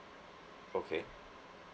okay